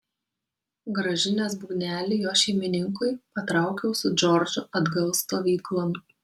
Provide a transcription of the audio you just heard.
grąžinęs būgnelį jo šeimininkui patraukiau su džordžu atgal stovyklon